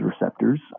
receptors